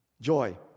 Joy